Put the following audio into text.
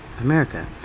America